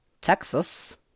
Texas